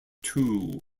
too